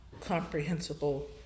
comprehensible